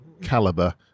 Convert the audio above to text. caliber